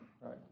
Right